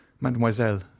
Mademoiselle